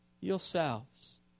yourselves